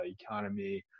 economy